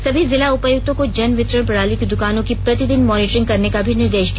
समी जिला उपायुक्तों को जन वितरण प्रणाली की दुकानों की प्रतिदिन मॉनिटरिंग करने का भी निर्देश दिया